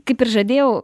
kaip ir žadėjau